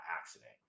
accident